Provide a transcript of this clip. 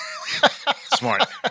Smart